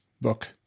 book